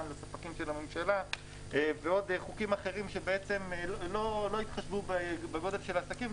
לספקים של הממשלה ועוד חוקים אחרים שלא התחשבו בגודל של העסקים,